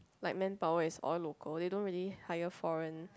like manpower is all local they don't really hire foreign